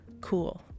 cool